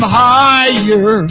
higher